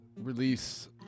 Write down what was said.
release